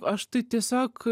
aš tai tiesiog